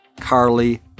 Carly